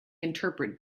interpret